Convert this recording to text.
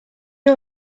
all